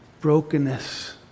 brokenness